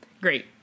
Great